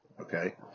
okay